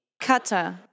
Kata